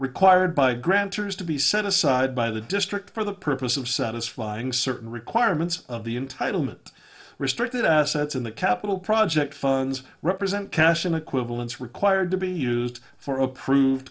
required by grantors to be set aside by the district for the purpose of satisfying certain requirements of the entitlement restricted assets in the capital project phones represent cash and equivalents required to be used for approved